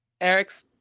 eric's